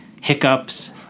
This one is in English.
hiccups